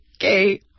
Okay